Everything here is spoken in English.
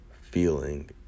feeling